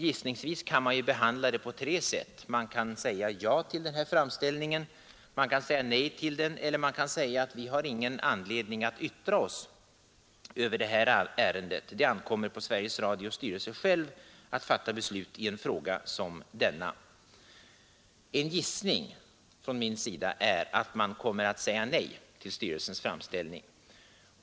Gissningsvis kan man behandla det på tre olika sätt: man kan säga ja till den här framställningen, man kan säga nej till den eller också kan man säga att regeringen inte har någon anledning att yttra sig över ärendet, utan att det ankommer på Sveriges Radios styrelse själv att fatta beslut i en fråga som denna. En gissning från min sida är att man kommer att säga nej till styrelsens framställning.